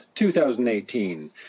2018